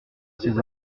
ces